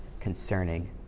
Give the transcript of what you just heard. concerning